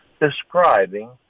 describing